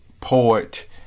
poet